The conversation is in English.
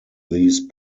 these